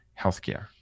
healthcare